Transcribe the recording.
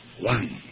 One